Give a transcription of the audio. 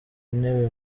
intebe